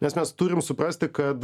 nes mes turim suprasti kad